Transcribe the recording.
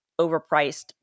overpriced